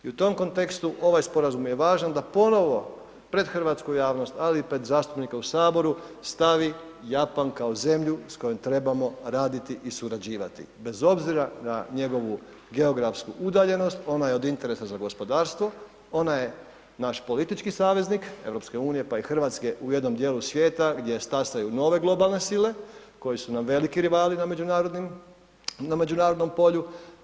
I u tom kontekstu ovaj sporazum je važan da ponovo pred hrvatsku javnost ali i pred zastupnike u Saboru stavi Japan kao zemlju s kojom trebamo raditi i surađivati bez obzira na njegovu geografsku udaljenost, ona je od interesa za gospodarstvo, ona je naš politički saveznik EU pa i Hrvatske u jednom dijelu svijeta gdje stasaju nove globalne sile koji su nam veliki rivali na međunarodnom polju.